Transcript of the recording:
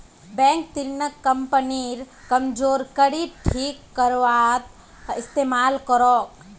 bank ऋणक कंपनीर कमजोर कड़ी ठीक करवात इस्तमाल करोक